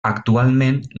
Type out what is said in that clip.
actualment